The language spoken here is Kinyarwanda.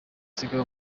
nsiga